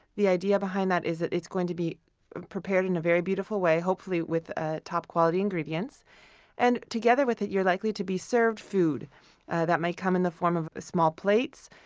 the idea behind that is, it's going to be prepared in a very beautiful way, hopefully with ah top quality ingredients and together with it, you're likely to be served food that might come in the form of small plates,